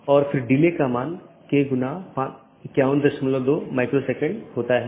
तो इस तरह से मैनाजैबिलिटी बहुत हो सकती है या स्केलेबिलिटी सुगम हो जाती है